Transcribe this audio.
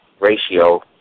ratio